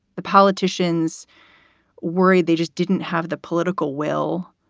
the politicians worried they just didn't have the political will.